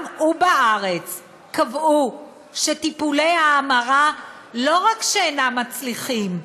ובארץ קבעו שטיפולי ההמרה לא רק שאינם מצליחים,